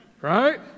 Right